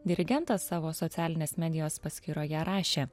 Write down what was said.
dirigentas savo socialinės medijos paskyroje rašė